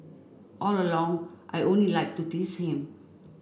all along I only like to tease him